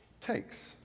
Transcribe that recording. takes